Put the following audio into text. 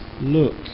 look